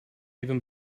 even